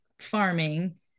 farming